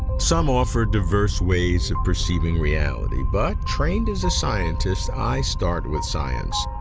some offer diverse ways of perceiving reality, but trained as a scientist, i start with science,